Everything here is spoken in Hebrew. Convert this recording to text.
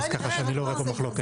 כך שאני לא רואה פה מחלוקת.